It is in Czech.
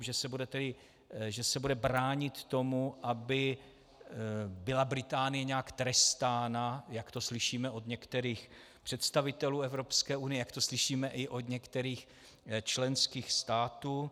Že se bude bránit tomu, aby byla Británie nějak trestána, jak to slyšíme od některých představitelů Evropské unie, jak to slyšíme i od některých členských států.